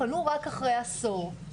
פנו רק אחרי עשור,